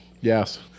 yes